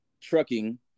trucking